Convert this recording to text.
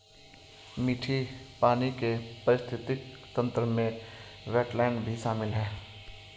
मीठे पानी के पारिस्थितिक तंत्र में वेट्लैन्ड भी शामिल है